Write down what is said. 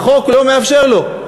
שהחוק לא מאפשר לו.